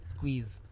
Squeeze